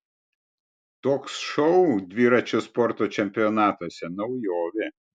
toks šou dviračio sporto čempionatuose naujovė